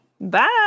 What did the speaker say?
Bye